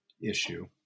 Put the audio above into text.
issue